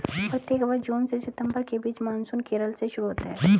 प्रत्येक वर्ष जून से सितंबर के बीच मानसून केरल से शुरू होता है